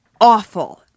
awful